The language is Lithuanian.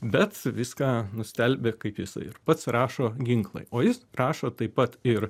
bet viską nustelbė kaip jisai ir pats rašo ginklai o jis rašo taip pat ir